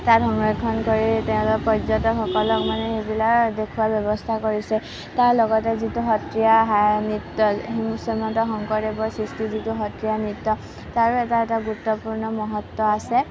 তাত সংৰক্ষণ কৰি তেওঁলোকে পৰ্যটকসকলক মানে সেইবিলাক দেখুওৱাৰ ব্যৱস্থা কৰিছে তাৰ লগতে যিটো সত্ৰীয়া নৃত্য় শ্ৰীমন্ত শংকৰদেৱৰ সৃষ্টি যিটো সত্ৰীয়া নৃত্য তাৰো এটা এটা গুৰুত্বপূৰ্ণ মহত্ত্ব আছে